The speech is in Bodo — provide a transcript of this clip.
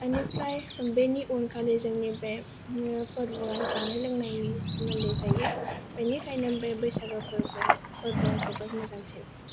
बिनिफ्राय बिनि उन खालि जोंनि बे फोरबोया जानाय लोंनायनि सोमोन्दै जायो बिनिखायनो बे बैसागो फोरबोआ जोबोर मोजांसिन